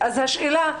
אז השאלה,